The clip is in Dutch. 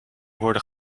worden